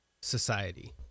society